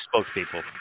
spokespeople